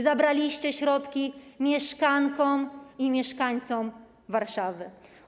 Zabraliście środki mieszkankom i mieszkańcom Warszawy.